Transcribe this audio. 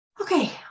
Okay